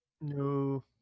No